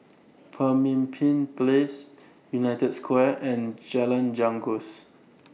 Pemimpin Place United Square and Jalan Janggus